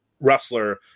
wrestler